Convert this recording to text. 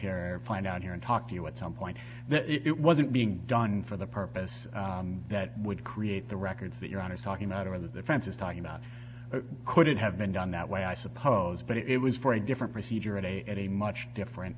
here and find out here and talk to you at some point that it wasn't being done for the purpose that would create the records that your honor is talking about or the defense is talking about could it have been done that way i suppose but it was for a different procedure at a much different